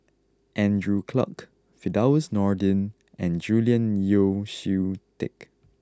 Andrew Clarke Firdaus Nordin and Julian Yeo See Teck